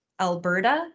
Alberta